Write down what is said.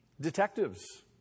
Detectives